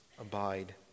abide